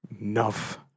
Enough